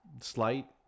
slight